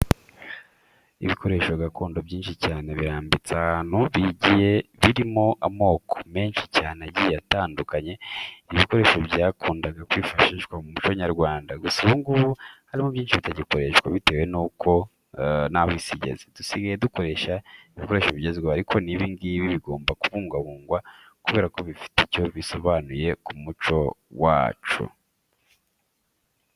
Ibikoresho gakondo byinshi cyane birambitse ahantu bigiye birimo amoko menshi cyane agiye atandukanye. Ibi bikoresho byakundaga kwifashishwa mu muco nyarwanda, gusa ubu ngubu harimo byinshi bitagikoreshwa bitewe n'aho isi igeze. Dusigaye dukoresha ibikoresho bigezweho ariko n'ibi ngibi bigomba kubungabungwa kubera ko bifite icyo bisobanuye ku muco wacu.